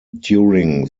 during